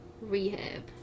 rehab